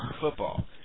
football